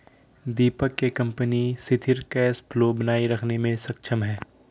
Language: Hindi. दीपक के कंपनी सिथिर कैश फ्लो बनाए रखने मे सक्षम है